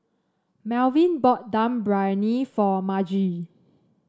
Malvin bought Dum Briyani for Margie